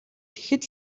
тэгэхэд